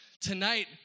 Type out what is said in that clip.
Tonight